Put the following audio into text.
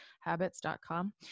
habits.com